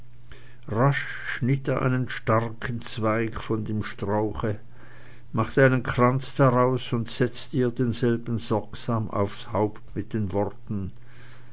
schnitt er einen starken zweig von dem strauche machte einen kranz daraus und setzte ihr denselben sorgsam aufs haupt mit den worten